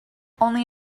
only